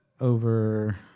over